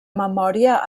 memòria